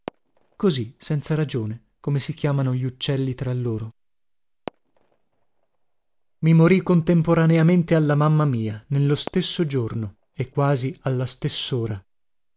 così senza ragione come si chiamano gli uccelli tra loro i morì contemporaneamente alla mamma mia nello stesso giorno e quasi alla stessora